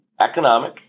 economic